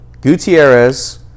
Gutierrez –